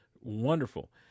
wonderful